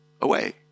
away